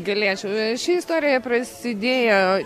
galėčiau i ši istorija prasidėjo